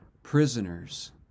prisoners